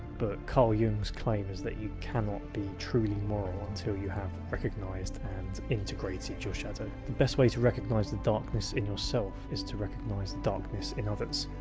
but carl jung's claim is that you cannot be truly moral until you have recognised and integrated your shadow. the best way to recognise the darkness in yourself is to recognise the darkness in others.